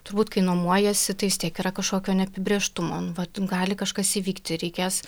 turbūt kai nuomojiesi tai vistiek yra kažkokio neapibrėžtumo vat gali kažkas įvykti reikės